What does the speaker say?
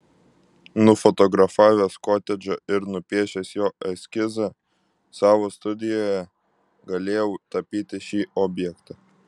nufotografavęs kotedžą ir nupiešęs jo eskizą savo studijoje galėjau tapyti šį objektą